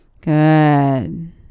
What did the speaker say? Good